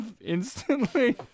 instantly